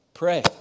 Pray